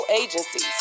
agencies